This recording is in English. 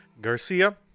Garcia